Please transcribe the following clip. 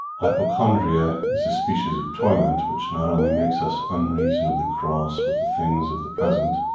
hypochondria is a species of torment which not only makes us unreasonably cross with the things of the present